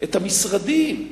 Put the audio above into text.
את המשרדים,